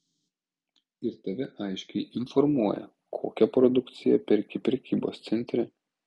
ir tave aiškiai informuoja kokią produkciją perki prekybos centre